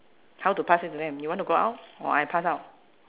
how to pass it to them you want to go out or I pass out